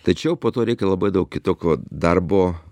tačiau po to reikia labai daug kitokio darbo